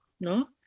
no